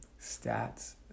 stats